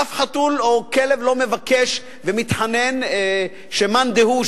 אף חתול או כלב לא מבקש ומתחנן שמאן דהוא,